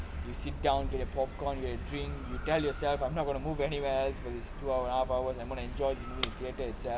you sit down to the popcorn you get a drink you tell yourself I'm not gonna move anywhere for this two and a half hours I'm gonna enjoy the movie theatre itself